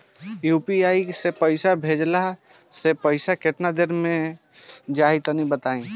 UPI से पईसा भेजलाऽ से पईसा केतना देर मे जाई तनि बताई?